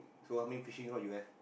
so how many fishing rod you have